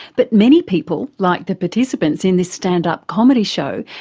but many people, like the participants in this stand-up comedy show,